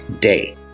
day